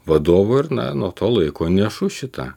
vadovu ir na nuo to laiko nešu šitą